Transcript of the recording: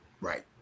Right